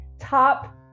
top